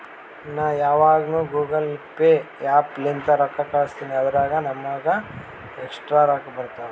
ನಾ ಯಾವಗ್ನು Google Pay app ಲಿಂತೇ ರೊಕ್ಕಾ ಕಳುಸ್ತಿನಿ ಅದುರಾಗ್ ನಮ್ಮೂಗ ಎಕ್ಸ್ಟ್ರಾ ರೊಕ್ಕಾ ಬರ್ತಾವ್